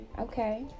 Okay